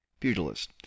feudalist